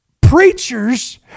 preachers